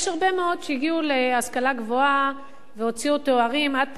יש הרבה מאוד שהגיעו להשכלה גבוהה והוציאו תארים עד פרופסורה,